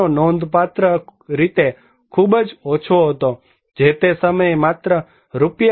તેનો ખર્ચ નોંધપાત્ર રીતે ખુબ જ ઓછો હતો જે તે સમયે માત્ર રૂ